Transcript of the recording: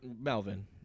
Melvin